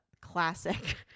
classic